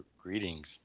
Greetings